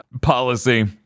policy